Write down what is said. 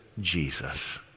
Jesus